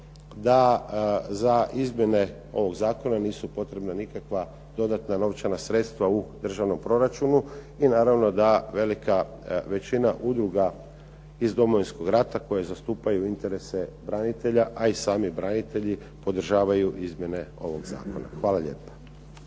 da za izmjene ovog zakona nisu potrebna nikakva dodatna novčana sredstva u državnom proračunu i naravno da velika većina udruga iz Domovinskog rata koje zastupaju interese branitelja a i sami branitelji podržavaju izmjene ovog zakona. Hvala lijepa.